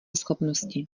schopnosti